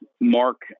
Mark